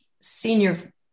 senior